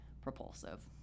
propulsive